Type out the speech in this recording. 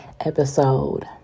episode